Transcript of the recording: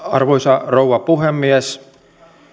arvoisa rouva puhemies